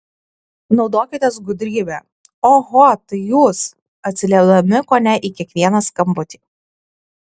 naudokitės gudrybe oho tai jūs atsiliepdami kone į kiekvieną skambutį